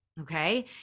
okay